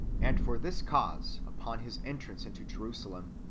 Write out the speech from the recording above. and for this cause, upon his entrance into jerusalem,